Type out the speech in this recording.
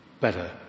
better